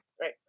Right